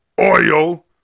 oil